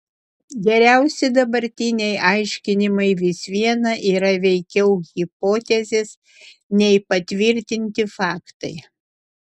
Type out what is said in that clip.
geriausi dabartiniai aiškinimai vis viena yra veikiau hipotezės nei patvirtinti faktai